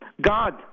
God